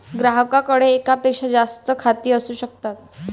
ग्राहकाकडे एकापेक्षा जास्त खाती असू शकतात